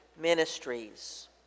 ministries